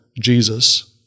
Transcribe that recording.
Jesus—